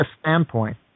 standpoint